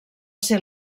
ser